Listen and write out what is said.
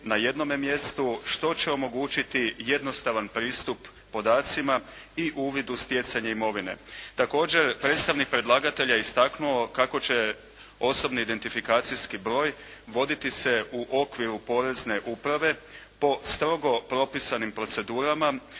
na jednome mjestu što će omogućiti jednostavan pristup podacima i uvid u stjecanje imovine. Također, predstavnik predlagatelja je istaknuo kako će osobni identifikacijski broj voditi se u okviru porezne uprave po strogo propisanim procedurama,